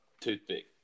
toothpick